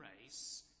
race